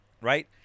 Right